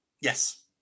Yes